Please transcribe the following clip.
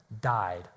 died